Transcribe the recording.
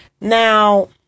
Now